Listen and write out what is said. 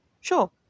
sure